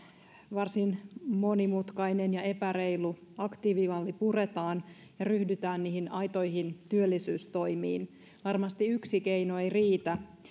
varsin monimutkainen ja epäreilu aktiivimalli puretaan ja ryhdytään niihin aitoihin työllisyystoimiin varmasti yksi keino ei riitä